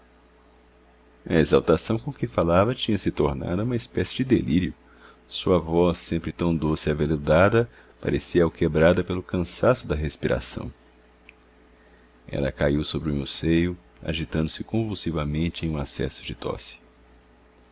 exaltação com que falava tinha-se tornado uma espécie de delírio sua voz sempre tão doce e aveludada parecia alquebrada pelo cansaço da respiração ela caiu sobre o meu seio agitando-se convulsivamente em um acesso de tosse